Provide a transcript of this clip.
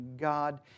God